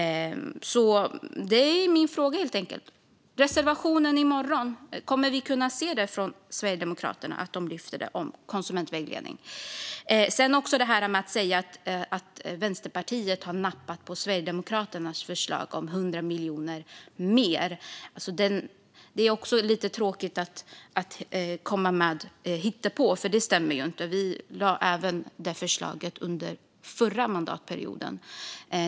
Min fråga är alltså om vi när det gäller reservationen i morgon kommer att kunna se att Sverigedemokraterna tar upp detta om konsumentvägledning. När det gäller att vi Vänsterpartiet skulle ha nappat på Sverigedemokraternas förslag om 100 miljoner mer är det lite tråkigt att man kommer med hittepå, för detta stämmer ju inte. Vi lade fram det förslaget även under den förra mandatperioden.